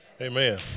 Amen